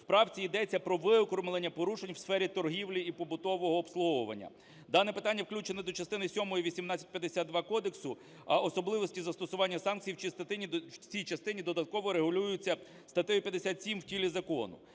В правці йдеться про виокремлення порушень у сфері торгівлі і побутового обслуговування. Дане питання включене до частини сьомої 1852 Кодексу, особливості застосування санкцій в частині... в цій частині додатково регулюються статтею 57 в тілі закону.